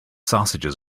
sausages